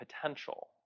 potential